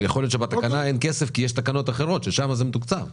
ויכול להיות שבתקנה אין כסף כי יש תקנות אחרות ששם זה מתוקצב,